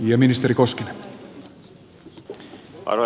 arvoisa herra puhemies